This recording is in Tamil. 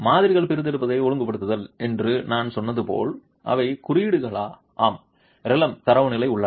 மாதிரிகள் பிரித்தெடுப்பதை ஒழுங்குபடுத்துங்கள் என்று நான் சொன்னது போல் அவை குறியீடுகளா ஆம் ரிலெம் தரநிலைகள் உள்ளன